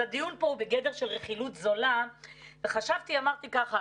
הדיון פה הוא בגדר של רכילות זולה וחשבתי ואמרתי ככה,